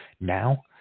now